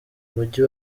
mujyi